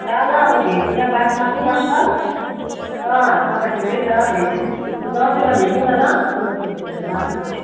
ल ल अब भेटेर बात मारौँ न ल अँ हाल खबर ठिकै छ भेटेर दसैँमा भेटौँ न ल दसैँमा भेटेर बात मारौँ